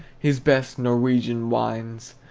his best norwegian wines.